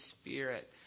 Spirit